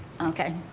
Okay